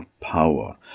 power